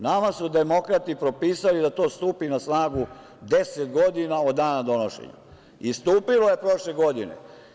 Nama su demokrate propisale da to stupi na snagu 10 godina od dana donošenja i stupilo je prošle godine.